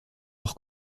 hors